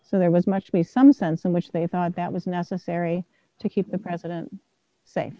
so there was much me some sense in which they thought that was necessary to keep the president sa